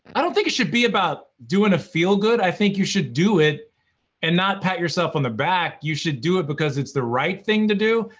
i don't think it should be about doing a feel-good, i think you should do it and not pat yourself on the back, you should do it because it's the right thing to do.